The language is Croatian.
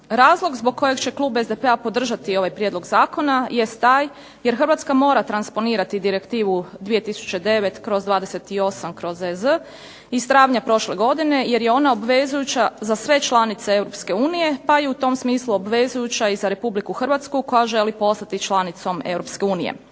Razlog zbog kojeg će klub SDP-a podržati ovaj prijedlog zakona jest taj jer Hrvatska mora transponirati direktivu 2009/20/EZ iz travnja prošle godine, jer je ona obvezujuća za sve članice EU pa je u tom smislu obvezujuća za RH koja želi postati članicom EU.